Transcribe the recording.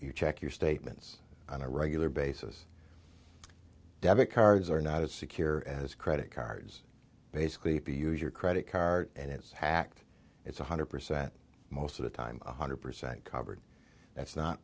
check your statements on a regular basis debit cards are not as secure as credit cards basically if you use your credit card and it's hacked it's one hundred percent most of the time one hundred percent covered that's not